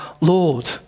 Lord